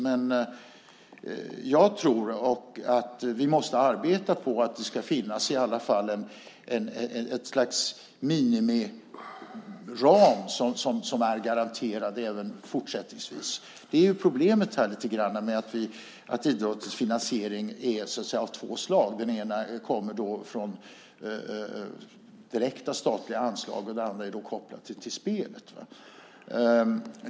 Men jag tror att vi måste arbeta på att det ska finnas i alla fall ett slags minimiram som är garanterad även fortsättningsvis. Problemet är lite grann att idrottens finansiering så att säga är av två slag. Det ena är direkta statliga anslag, och det andra är kopplat till spelet.